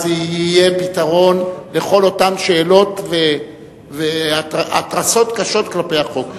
אז זה יהיה פתרון לכל אותן שאלות והתרסות קשות כלפי החוק.